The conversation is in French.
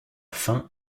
fin